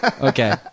Okay